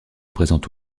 présente